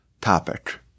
topic